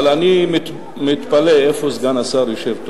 אבל אני מתפלא, איפה סגן השר יושב?